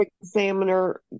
examiner